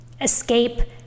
escape